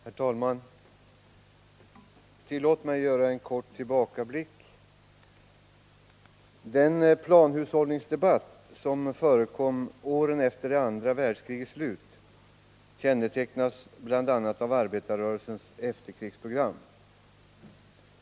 Herr talman! Tillåt mig göra en kort tillbakablick. Den planhushållningsdebatt som förekom åren efter det andra världskrigets slut kännetecknas bl.a. av arbetarrörelsens efterkrigsprogram.